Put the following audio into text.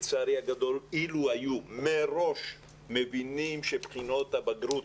אילו היו מבינים מראש שבחינות הבגרות